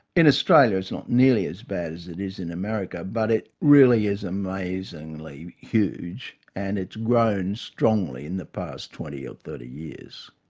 in australia it's not nearly as bad as it is in america, but it really is amazingly huge. and it's grown strongly in the past twenty or thirty years.